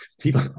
people